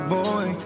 boy